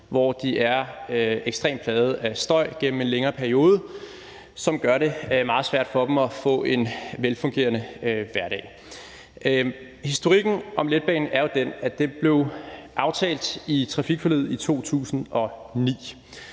hvor de er ekstremt plaget af støj gennem en længere periode, hvilket gør det meget svært for dem at få en velfungerende hverdag. Historikken om letbanen er jo den, at det blev aftalt i trafikforliget i 2009.